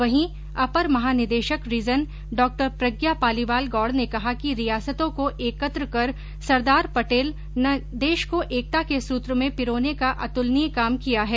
वहीं अपर महानिदेशक रीजन डॉ प्रज्ञा पालीवाल गौड़ ने कहा कि रियासतों को एकत्र कर सरदार पटेल न देश को एकता के सूत्र में पिरोने का अतुलनीय काम किया है